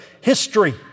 history